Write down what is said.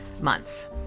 months